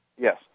Yes